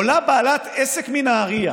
עולה בעלת עסק מנהריה